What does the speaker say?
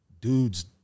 dude's